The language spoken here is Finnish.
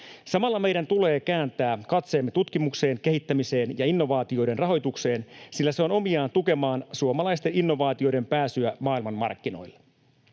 Samalla meidän tulee kääntää katseemme tutkimukseen, kehittämiseen ja innovaatioiden rahoitukseen, sillä se on omiaan tukemaan suomalaisten innovaatioiden pääsyä maailmanmarkkinoille.